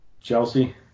Chelsea